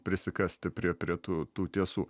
prisikasti prie prie tų tų tiesų